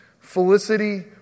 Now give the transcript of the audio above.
Felicity